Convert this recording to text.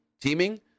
teaming